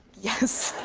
yes.